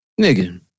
Nigga